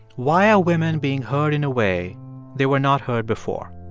why are women being heard in a way they were not heard before?